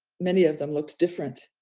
many of them looks different.